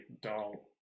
dull